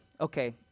Okay